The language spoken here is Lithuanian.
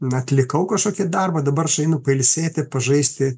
atlikau kažkokį darbą dabar aš einu pailsėti pažaisti